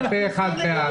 פה-אחד בעד.